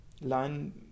line